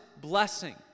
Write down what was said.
blessing